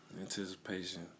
anticipation